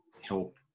help